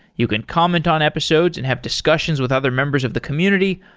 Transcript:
you can comment on episodes and have discussions with other members of the community.